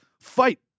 fight